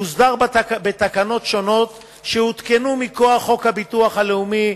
מוסדר בתקנות שונות שהותקנו מכוח חוק הביטוח הלאומי.